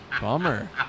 Bummer